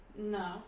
No